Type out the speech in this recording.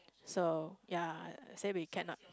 so ya I say we cannot